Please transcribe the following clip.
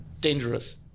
dangerous